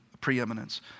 preeminence